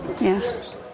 Yes